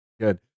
Good